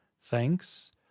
Thanks